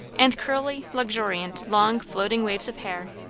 and curly, luxuriant, long, floating waves of hair.